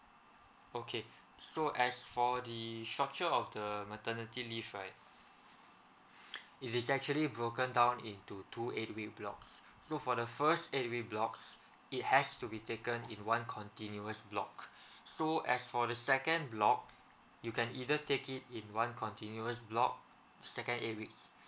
okay so as for the structure of the maternity leave right it is actually broken down into two eight week blocks so for the first eight week blocks it has to be taken in one continuous block so as for the second block you can either take it in one continuous block second eight weeks